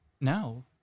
now